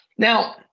Now